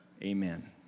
Amen